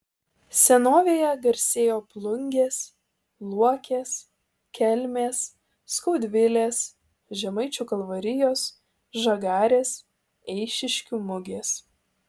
senovėje garsėjo plungės luokės kelmės skaudvilės žemaičių kalvarijos žagarės eišiškių mugės